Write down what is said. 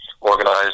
organized